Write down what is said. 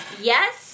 yes